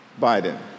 Biden